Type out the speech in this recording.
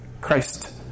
Christ